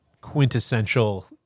quintessential